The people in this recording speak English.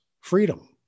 freedom